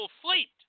fleet